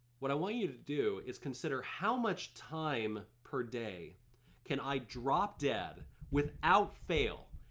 what i want you to do is consider how much time per day can i drop dead without fail,